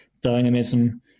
dynamism